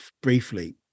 briefly